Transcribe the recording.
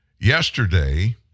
Yesterday